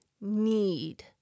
need